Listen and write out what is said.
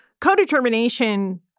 co-determination